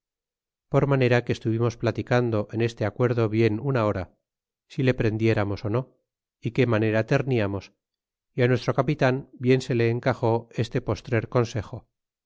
por manera que estuvimos platicando en este acuerdo bien km hora si le prendiéramos ó no y qué manera terniamos y a nuestro capitan bien se le encaxó este postrer consejo